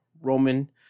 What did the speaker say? roman